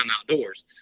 outdoors